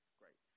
great